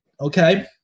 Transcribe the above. okay